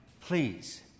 Please